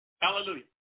Hallelujah